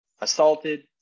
assaulted